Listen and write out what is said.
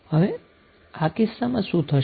હવે આ કિસ્સામાં શું થશે